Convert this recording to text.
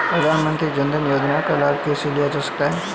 प्रधानमंत्री जनधन योजना का लाभ कैसे लिया जा सकता है?